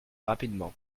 rapidement